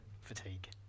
fatigue